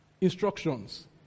instructions